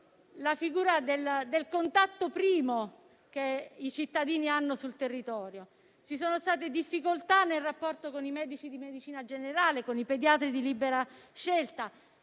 la figura del primo contatto per i cittadini sul territorio. Ci sono state difficoltà nel rapporto con i medici di medicina generale e con i pediatri di libera scelta,